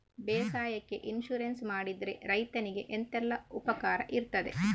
ಬೇಸಾಯಕ್ಕೆ ಇನ್ಸೂರೆನ್ಸ್ ಮಾಡಿದ್ರೆ ರೈತನಿಗೆ ಎಂತೆಲ್ಲ ಉಪಕಾರ ಇರ್ತದೆ?